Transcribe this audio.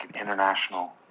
international